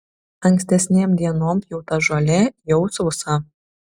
ankstesnėm dienom pjauta žolė jau sausa